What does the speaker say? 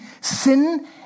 sin